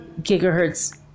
gigahertz